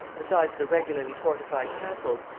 besides the regularly fortified castles,